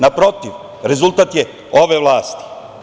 Naprotiv, rezultat je ove vlasti.